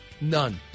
none